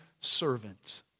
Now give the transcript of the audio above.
servant